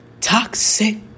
toxic